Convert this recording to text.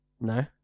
no